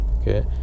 okay